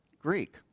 Greek